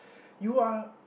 you are